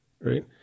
right